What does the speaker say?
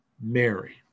Mary